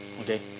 okay